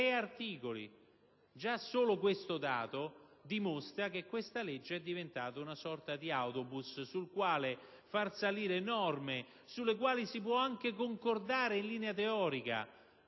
articoli. Già solo questo dato dimostra che tale legge è diventata una sorta di autobus sul quale far salire norme, sulle quali si può anche concordare in linea teorica,